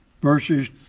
verses